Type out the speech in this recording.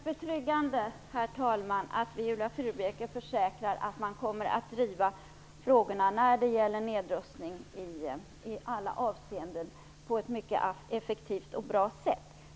Herr talman! Det känns betryggande, att Viola Furubjelke försäkrar att man kommer att driva frågorna när det gäller nedrustning i alla avseenden på ett mycket effektivt och bra sätt.